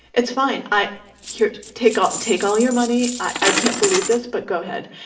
it's fine. i here. take all take all your money. i can't believe this, but go ahead.